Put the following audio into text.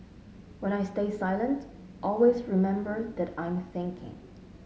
when I stay silent always remember that I'm thinking